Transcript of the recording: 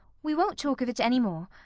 we won't talk of it any more.